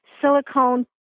silicone